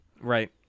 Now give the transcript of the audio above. Right